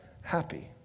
happy